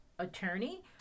Attorney